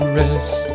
rest